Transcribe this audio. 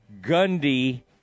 Gundy